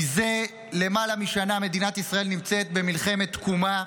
זה למעלה משנה מדינת ישראל נמצאת במלחמת תקומה.